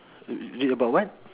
uh uh about what